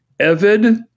Evid